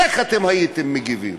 איך אתם הייתם מגיבים?